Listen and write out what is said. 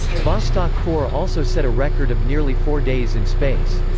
vostok four also set a record of nearly four days in space.